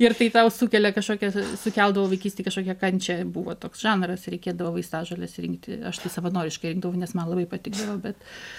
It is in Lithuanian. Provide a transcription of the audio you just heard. ir tai tau sukelia kažkokią sukeldavo vaikystėj kažkokią kančią buvo toks žanras reikėdavo vaistažoles rinkti aš tai savanoriškai daug nes man labai patikdavo bet